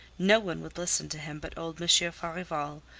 no one would listen to him but old monsieur farival,